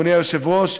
אדוני היושב-ראש,